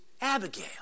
Abigail